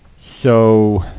so